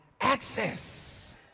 access